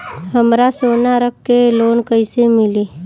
हमरा सोना रख के लोन कईसे मिली?